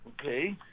okay